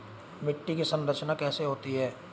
मिट्टी की संरचना कैसे होती है?